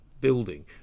building